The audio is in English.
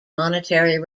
monetary